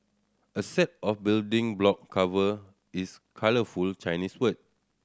a set of building block covered is colourful Chinese word